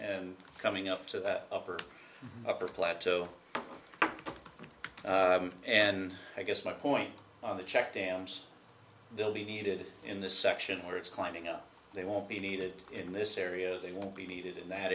and coming up to that upper upper plateau and i guess my point on the check dams believe needed in the section where it's climbing up they won't be needed in this area they won't be needed in that